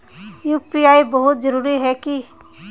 UPI बहुत जरूरी है की?